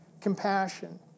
compassion